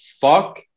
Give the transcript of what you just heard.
fuck